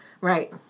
Right